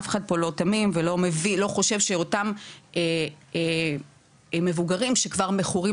אף אחד פה לא תמים ולא חושב שאותם מבוגרים שכבר מכורים